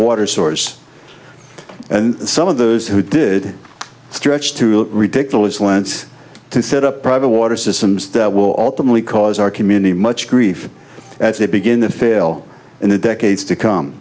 water source and some of those who did stretch to ridiculous lengths to set up private water systems that will ultimately cause our community much grief as they begin to fail in the decades to come